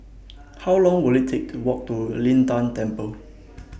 How Long Will IT Take to Walk to Lin Tan Temple